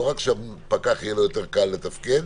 לא רק שלפקח יהיה יותר קל לתפקד,